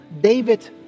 David